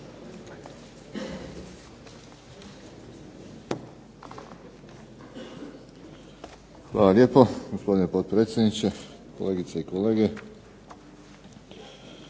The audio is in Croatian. Hvala lijepo gospodine potpredsjedniče, kolegice i kolege.